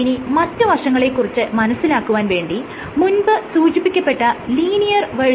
ഇനി മറ്റ് വശങ്ങളെ കുറിച്ച് മനസ്സിലാക്കുവാൻ വേണ്ടി മുൻപ് സൂചിപ്പിക്കപ്പെട്ട ലീനിയർ vs